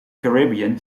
caribbean